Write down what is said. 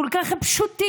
כל כך פשוטים.